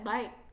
Bye